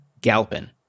Galpin